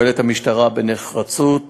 המשטרה פועלת בנחרצות